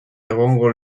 egongo